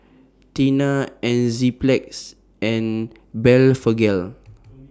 Tena Enzyplex and Blephagel